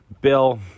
Bill